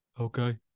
Okay